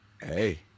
hey